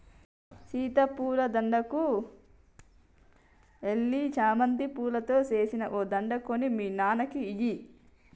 సీత పూల దుకనంకు ఎల్లి చామంతి పూలతో సేసిన ఓ దండ కొని మీ నాన్నకి ఇయ్యి